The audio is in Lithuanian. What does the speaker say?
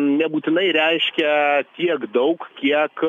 nebūtinai reiškia tiek daug kiek